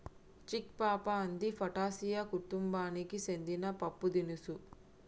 చిక్ పా అంది ఫాటాసియా కుతుంబానికి సెందిన పప్పుదినుసు